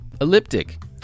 Elliptic